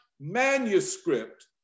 manuscript